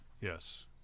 Yes